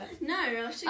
No